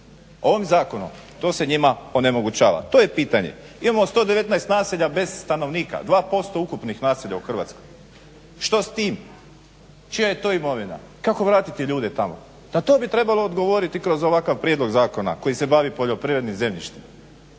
Ovim zakonom to se njima onemogućava, to je pitanje. Imamo 119 naselja bez stanovnika, 2% ukupnih naselja u Hrvatskoj. Što s tim, čija je to imovina, kako vratiti ljude tamo? Na to bi trebalo odgovoriti kroz ovakav prijedlog zakona koji se bavi poljoprivrednim zemljištem.